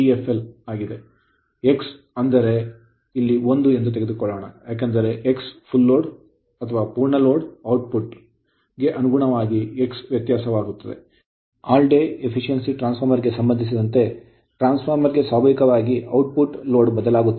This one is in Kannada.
X 1 ಆಗಿದ್ದರೆ ಔಟ್ ಪುಟ್ ಪೂರ್ಣ ಲೋಡ್ ಔಟ್ ಪುಟ್ ಅಥವಾ ಲೋಡ್ ಗೆ ಅನುಗುಣವಾಗಿ X ವ್ಯತ್ಯಾಸವಾದರೆ ದಿನವಿಡೀ ಟ್ರಾನ್ಸ್ ಫಾರ್ಮರ್ ಗೆ ಸಂಬಂಧಿಸಿದಂತೆ ಟ್ರಾನ್ಸ್ ಫಾರ್ಮರ್ ಗೆ ಸ್ವಾಭಾವಿಕವಾಗಿ ಔಟ್ ಪುಟ್ load ಬದಲಾಗುತ್ತಿದೆ